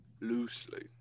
Loosely